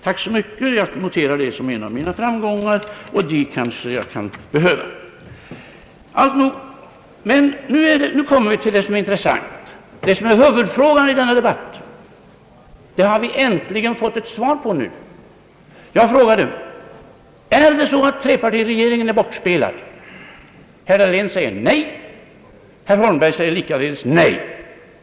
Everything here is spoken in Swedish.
Tack så mycket, jag noterar det som en av mina framgångar, vilket jag kanske kan behöva. Nu kommer vi till det som är intressant. Huvudfrågan i denna debatt har vi äntligen fått svar på. Jag frågade: Är det så att trepartiregeringen är bortspelad? Herr Dahlén säger nej och herr Holmberg säger likaledes nej.